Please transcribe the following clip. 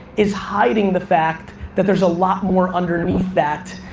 is hiding the fact that there's a lot more underneath that,